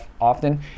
often